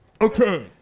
Okay